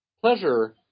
pleasure